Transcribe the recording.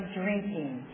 drinking